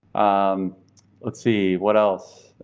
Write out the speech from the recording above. um let's see what else,